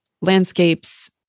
landscapes